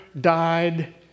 died